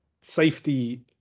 safety